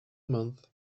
month